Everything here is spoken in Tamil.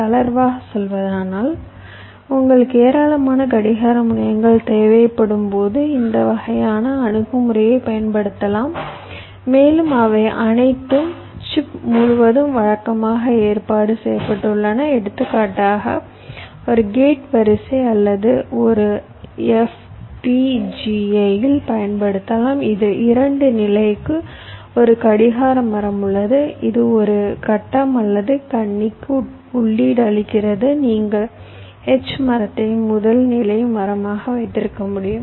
தளர்வாகச் சொல்வதானால் உங்களுக்கு ஏராளமான கடிகார முனையங்கள் தேவைப்படும் பொழுது இந்த வகையான அணுகுமுறை பயன்படுத்தப்படலாம் மேலும் அவை அனைத்தும் சிப் முழுவதும் வழக்கமாக ஏற்பாடு செய்யப்பட்டுள்ளன எடுத்துக்காட்டாக ஒரு கேட் வரிசை அல்லது ஒரு FPGA இல் பயன்படுத்தலாம் இது 2 நிலைக்கு ஒரு கடிகார மரம் உள்ளது இது ஒரு கட்டம் அல்லது கண்ணிக்கு உள்ளீடு அளிக்கிறது நீங்கள் H மரத்தை முதல் நிலை மரமாக வைத்திருக்க முடியும்